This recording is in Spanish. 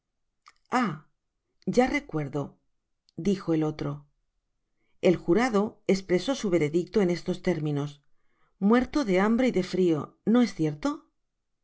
ya recuerdo dijo el otro el jurado espresó su veredicto en estos términos muerto de hambre ij de frío no es cierto mr